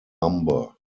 lumber